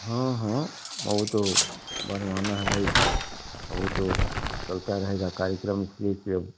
हाँ हाँ वह तो बनवाना है भाई अब वह तो चलता रहेगा कार्यक्रम इसलिए कि अब